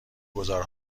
گذار